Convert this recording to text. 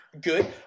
good